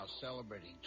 celebrating